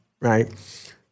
right